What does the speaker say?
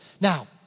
Now